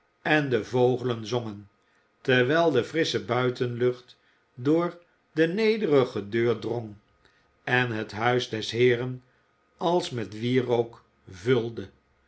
en de vogelen zongen terwijl de frissche buitenlucht door de nederige deur drong en het huis des heeren als met wierook vulde